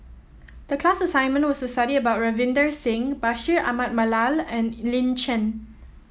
the class assignment was to study about Ravinder Singh Bashir Ahmad Mallal and Lin Chen